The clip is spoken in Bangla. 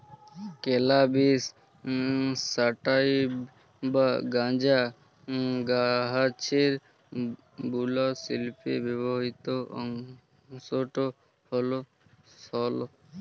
ক্যালাবিস স্যাটাইভ বা গাঁজা গাহাচের বুলা শিল্পে ব্যাবহিত অংশট হ্যল সল